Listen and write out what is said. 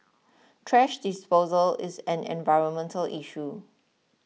thrash disposal is an environmental issue